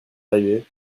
arrivé